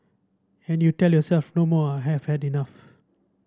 and you tell yourself no more I have had enough